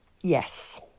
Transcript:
Yes